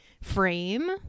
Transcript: Frame